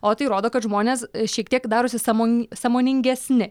o tai rodo kad žmonės šiek tiek darosi sąmo sąmoningesni